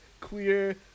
queer